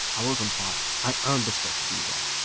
i was on fire. i earned the spot to be there.